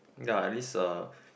ya at least uh